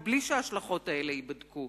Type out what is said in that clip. מבלי שההשלכות האלה ייבדקו.